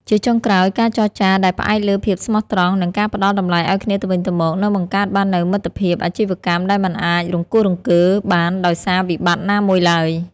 ជាចុងក្រោយ ការចរចាដែលផ្អែកលើភាពស្មោះត្រង់ និងការផ្ដល់តម្លៃឱ្យគ្នាទៅវិញទៅមក នឹងបង្កើតបាននូវមិត្តភាពអាជីវកម្មដែលមិនអាចរង្គោះរង្គើបានដោយសារវិបត្តិណាមួយឡើយ។